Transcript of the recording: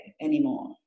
anymore